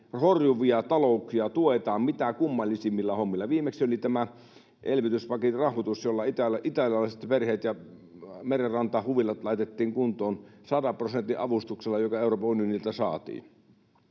horjuvia talouksia tuetaan mitä kummallisimmilla hommilla. Viimeksi oli tämä elvytyspaketin rahoitus, jolla italialaiset perheet ja merenrantahuvilat laitettiin kuntoon sadan prosentin avustuksella, joka Euroopan unionilta saatiin.